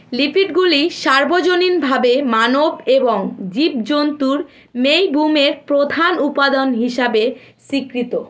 লিপিডগুলি সর্বজনীনভাবে মানব এবং জীবজন্তুর মেইবুমের প্রধান উপাদান হিসাবে স্বীকৃত